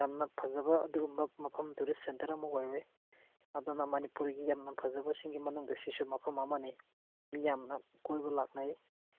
ꯌꯥꯝꯅ ꯐꯖꯕ ꯑꯗꯨꯒꯨꯝꯕ ꯃꯐꯝ ꯇꯨꯔꯤꯁ ꯁꯦꯟꯇꯔ ꯑꯃ ꯑꯣꯏꯔꯤ ꯑꯗꯨꯅ ꯃꯅꯤꯄꯨꯔꯒꯤ ꯌꯥꯝꯅ ꯐꯖꯕꯁꯤꯡꯒꯤ ꯃꯅꯨꯡꯗ ꯁꯤꯁꯨ ꯃꯐꯝ ꯑꯃꯅꯤ ꯃꯤ ꯌꯥꯝꯅ ꯀꯣꯏꯕ ꯂꯥꯛꯅꯩ